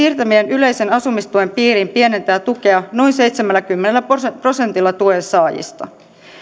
yleisen asumistuen piiriin pienentää tukea noin seitsemälläkymmenellä prosentilla tuen saajista